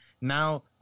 now